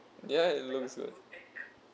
ya it looks good